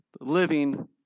living